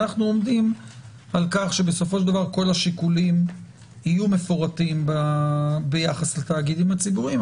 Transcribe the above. אנו עומדים על כך שכל השיקולים יהיו מפורטים ביחס לתאגידים הציבוריים.